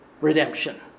redemption